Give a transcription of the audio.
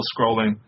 scrolling